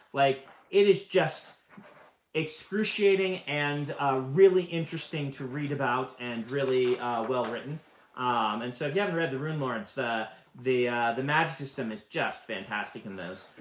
like it is just excruciating and really interesting to read about, and really well written. and so if you haven't read the runelords, the the magic system is just fantastic in those.